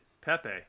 Pepe